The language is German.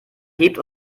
hebt